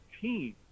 team